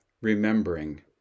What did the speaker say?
remembering